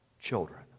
children